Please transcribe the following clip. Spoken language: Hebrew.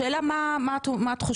השאלה היא מה את חושבת,